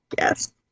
yes